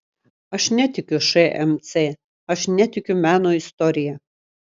aš netikiu šmc aš netikiu meno istorija